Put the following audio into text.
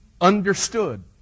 understood